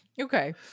Okay